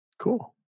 Cool